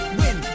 win